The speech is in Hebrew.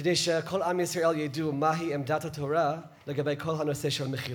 כדי שכל עם ישראל ידעו מהי עמדת התורה בכל הנושא של מחילה,